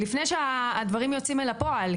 לפני שהדברים יוצאים אל הפועל,